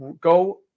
go